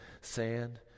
sand